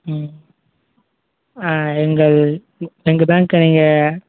ம் ஆ எங்கள் அது உ எங்கள் பேங்க்காரங்க